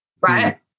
right